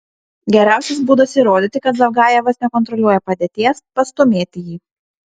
geriausias būdas įrodyti kad zavgajevas nekontroliuoja padėties pastūmėti jį